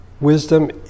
wisdom